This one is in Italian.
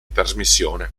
trasmissione